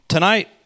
Tonight